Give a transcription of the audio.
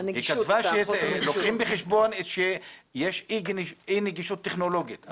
היא כתבה שלוקחים בחשבון שיש אי נגישות טכנולוגית.